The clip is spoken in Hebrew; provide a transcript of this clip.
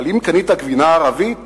אבל אם קנית גבינה ערבית